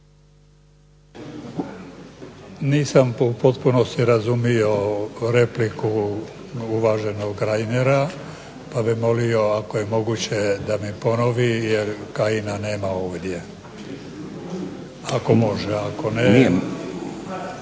Nisam u potpunosti razumio repliku uvaženog Reinera pa bih molio da mi ponovi jer Kajina nema ovdje. Ako može. **Stazić, Nenad